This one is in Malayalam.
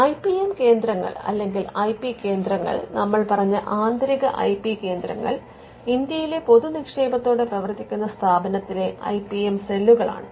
ഐ പി എം കേന്ദ്രങ്ങൾ അല്ലെങ്കിൽ ഐ പി കേന്ദ്രങ്ങൾ നമ്മൾ പറഞ്ഞ ആന്തരിക ഐ പി കേന്ദ്രങ്ങൾ ഇന്ത്യയിലെ പൊതുനിക്ഷേപത്തോടെ പ്രവർത്തിക്കുന്ന സ്ഥാപനത്തിലെ ഐ പി എം സെല്ലുകളാണ്